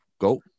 go